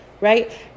right